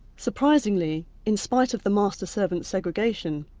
surprisingly, in spite of the master servant segregation,